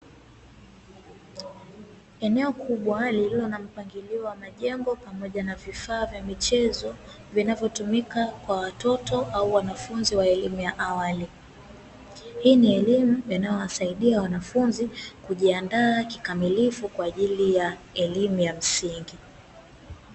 Eneo kubwa lililo na mpangilio wa majengo pamoja na vifaa vya michezo vinavyotumika kwa watoto au wanafunzi wa elimu ya awali. hiini elimu inayowasaidia wanafunzi kujiandaa kikamilifu kwa ajili ya elimu ya msingi.